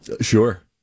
Sure